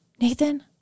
Nathan